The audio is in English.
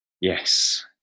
Yes